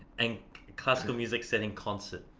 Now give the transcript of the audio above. and classical music set in concert.